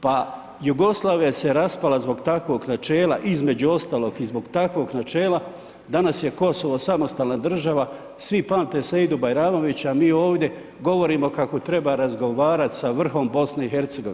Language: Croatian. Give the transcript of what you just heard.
Pa Jugoslavija se raspala zbog takvog načela između ostalog i zbog takvog načela danas je Kosovo samostalna država, svi pamte Sejdu Bajramovića a mi ovdje govorimo kako treba razgovarati sa vrhom BiH.